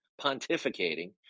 pontificating